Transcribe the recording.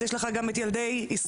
אז יש לך גם את ילדי ישראל,